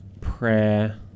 Prayer